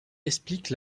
expliquent